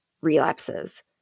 relapses